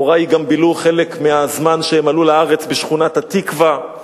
הורי גם בילו חלק מהזמן כשהם עלו לארץ בשכונת התקווה,